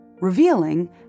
revealing